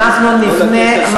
אנחנו נפנה.